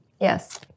Yes